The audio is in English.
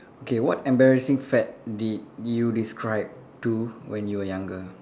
okay what embarrassing fad did you describe to when you were younger